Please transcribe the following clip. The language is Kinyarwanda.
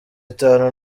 itanu